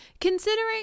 considering